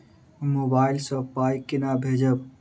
Mobile सँ पाई केना भेजब?